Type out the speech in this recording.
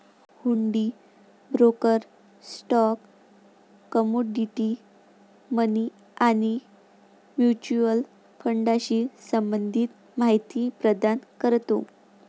हुंडी broker stock, commodity, money आणि mutual फंडाशी संबंधित माहिती प्रदान करतो